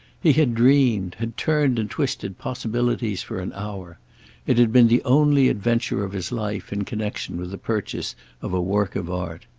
he had dreamed had turned and twisted possibilities for an hour it had been the only adventure of his life in connexion with the purchase of a work of art.